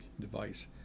device